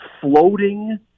floating